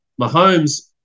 Mahomes